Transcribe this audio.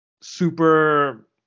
super